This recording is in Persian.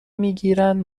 میگیرند